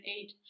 eight